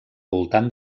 voltant